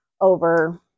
over